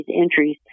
entries